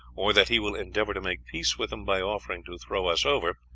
or that he will endeavor to make peace with them by offering to throw us over,